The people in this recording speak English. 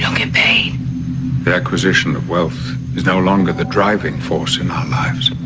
don't get paid? the acquisition of wealth is no longer the driving force in our lives.